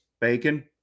bacon